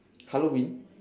halloween